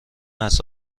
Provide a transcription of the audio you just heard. است